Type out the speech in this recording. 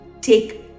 take